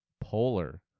polar